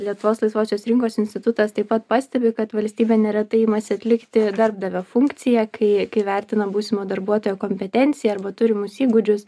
lietuvos laisvosios rinkos institutas taip pat pastebi kad valstybė neretai imasi atlikti darbdavio funkciją kai kai vertina būsimo darbuotojo kompetenciją arba turimus įgūdžius